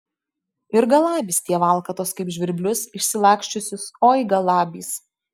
ir galabys tie valkatos kaip žvirblius išsilaksčiusius oi galabys